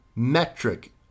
metric